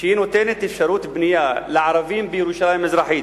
שהיא נותנת אפשרות בנייה לערבים בירושלים המזרחית